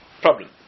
Problem